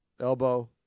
elbow